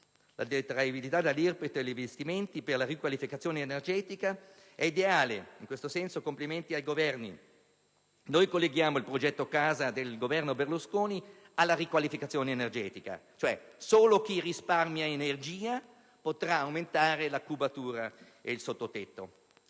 La detraibilità dall'IRPEF degli investimenti per la riqualificazione energetica è ideale (in questo senso faccio i miei complimenti al Governo); noi colleghiamo il progetto casa del Governo Berlusconi alla riqualificazione energetica, cioè solo chi risparmia energia potrà aumentare la cubatura e il sottotetto.